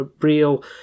real